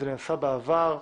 זה נעשה בעבר,